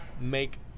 make